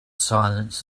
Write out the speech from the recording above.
silence